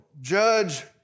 Judge